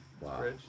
wow